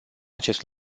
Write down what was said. acest